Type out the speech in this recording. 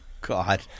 God